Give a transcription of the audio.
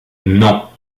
non